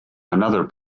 another